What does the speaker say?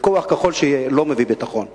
וכוח, ככל שיהיה, לא מביא ביטחון.